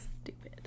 stupid